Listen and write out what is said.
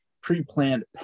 pre-planned